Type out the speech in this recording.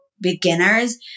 beginners